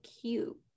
cute